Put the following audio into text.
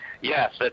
yes